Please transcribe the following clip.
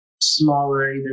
smaller